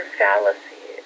fallacy